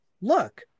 look